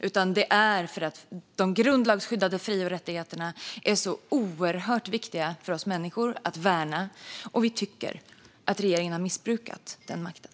Så här är det för att de grundlagsskyddade fri och rättigheterna är oerhört viktiga för oss människor att värna, och vi tycker att regeringen har missbrukat den makten.